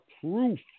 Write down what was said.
proof